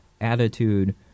attitude